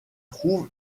trouve